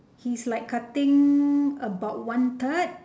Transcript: he's like cutting about one third